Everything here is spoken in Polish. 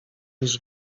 niż